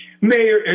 mayor